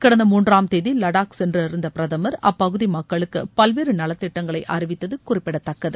கடந்த மூன்றாம் தேதி வடாக் சென்றிருந்த பிரதமா் அப்பகுதி மக்களுக்கு பல்வேறு நலத்திட்டங்களை அறிவித்தது குறிப்பிடத்தக்கது